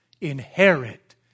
inherit